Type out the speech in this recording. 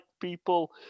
people